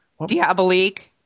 Diabolique